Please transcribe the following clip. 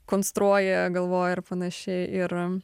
konstruoja galvoja ar panašiai ir